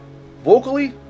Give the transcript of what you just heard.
Vocally